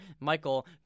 Michael